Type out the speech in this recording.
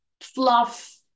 fluff